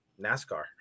nascar